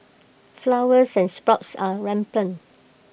flowers and sprouts are rampant